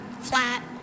Flat